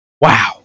wow